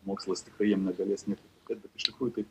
mokslas tikrai jiem negalės nieko kad iš tikrųjų taip